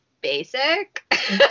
basic